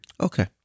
Okay